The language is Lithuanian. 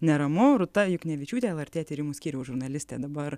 neramu rūta juknevičiūtė lrt tyrimų skyriaus žurnalistė dabar